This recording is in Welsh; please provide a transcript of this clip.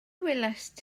welaist